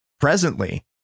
presently